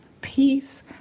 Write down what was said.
Peace